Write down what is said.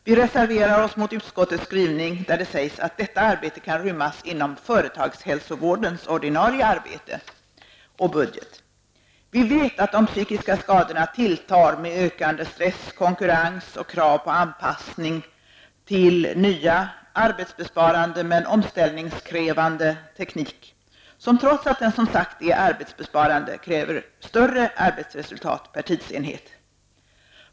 Vi reserverar oss mot utskottets skrivning, där det sägs att detta arbete kan rymmas inom företagshälsovårdens ordinarie arbete och budget. Vi vet att de psykiska skadorna tilltar med ökande stress, konkurrens och krav på anpassning till ny, arbetsbesparande, men omställningskrävande teknik -- som, trots att den som sagt är arbetsbesparande, kräver större arbetsresultat per tidsenhet.